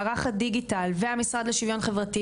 מערך הדיגיטל והמשרד לשוויון חברתי,